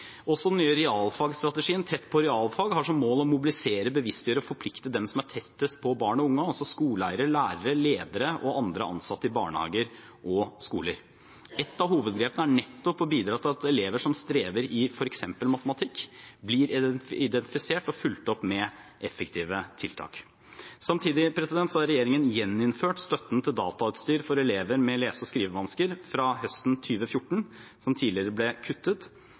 Den nye realfagsstrategien Tett på realfag har som mål å mobilisere, bevisstgjøre og forplikte dem som er tettest på barn og unge, altså skoleeiere, lærere, ledere og andre ansatte i barnehager og skoler. Et av hovedgrepene er nettopp å bidra til at elever som strever i f.eks. matematikk, blir identifisert og fulgt opp med effektive tiltak. Samtidig har regjeringen gjeninnført støtten til datautstyr for elever med lese- og skrivevansker fra høsten 2014, som tidligere ble kuttet,